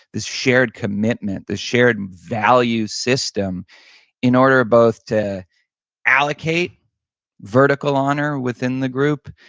this shared commitment, the shared value system in order both to allocate vertical honor within the group,